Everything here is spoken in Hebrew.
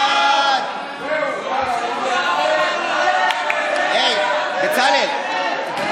ההצעה להעביר את הצעת חוק לתיקון פקודת האגודות